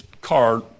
card